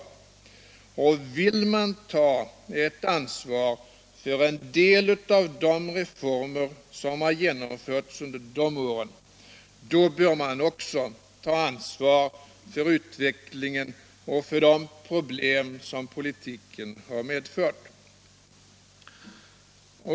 Och vill man ta ett ansvar för en del av de reformer som har genomförts under de åren, då bör man också ta ansvar för utvecklingen och för de problem som politiken har medfört.